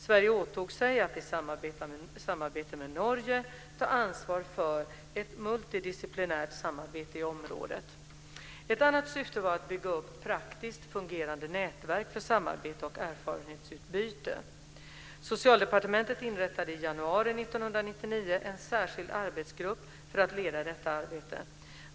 Sverige åtog sig att i samarbete med Norge ta ansvar för ett multidisciplinärt samarbete i området. Ett annat syfte var att bygga upp praktiskt fungerande nätverk för samarbete och erfarenhetsutbyte. Socialdepartementet inrättade i januari 1999 en särskild arbetsgrupp för att leda detta arbete.